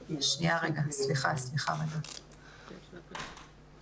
אני מאד מעריכה את העבודה שאתם עושים וזה שאתם מצליחים לשמוע